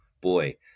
boy